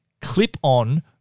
Clip-On